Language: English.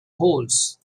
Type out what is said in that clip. holes